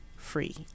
Free